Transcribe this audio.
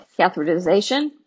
catheterization